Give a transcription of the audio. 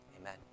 Amen